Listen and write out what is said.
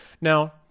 Now